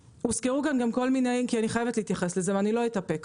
הוזכרו כאן גם כל מיני ואני חייבת להתייחס לזה ואני לא אתאפק,